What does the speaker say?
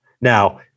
Now